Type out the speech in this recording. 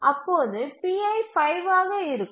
அப்போது pj 5 ஆக இருக்கும்